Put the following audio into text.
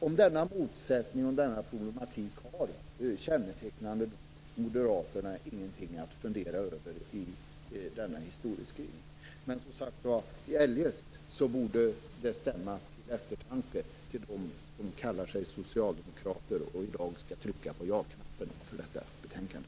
Om denna motsättning och denna problematik har, kännetecknande nog, moderaterna inga funderingar i sin historieskrivning. Men, som sagt, eljest borde det stämma till eftertanke hos dem som kallar sig socialdemokrater och som i dag skall trycka på ja-knappen i fråga om detta betänkande.